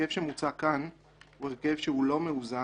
ההרכב שמוצע כאן הוא הרכב שהוא לא מאוזן,